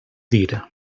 dir